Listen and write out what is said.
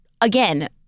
Again